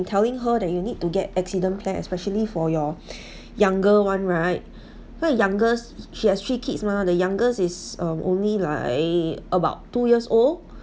telling her that you need to get accident plan especially for your younger one right her youngest she has three kids mah the youngest is uh only like about two years old